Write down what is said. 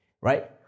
right